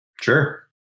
Sure